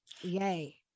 Yay